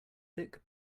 thick